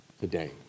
today